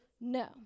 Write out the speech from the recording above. no